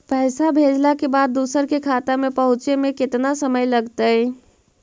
पैसा भेजला के बाद दुसर के खाता में पहुँचे में केतना समय लगतइ?